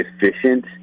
efficient